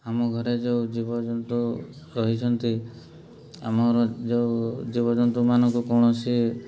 ଆମ ଘରେ ଯେଉଁ ଜୀବଜନ୍ତୁ ରହିଛନ୍ତି ଆମର ଯେଉଁ ଜୀବଜନ୍ତୁମାନଙ୍କୁ କୌଣସି